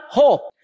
hope